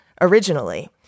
originally